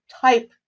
type